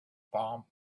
palm